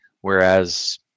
whereas